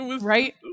Right